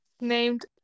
named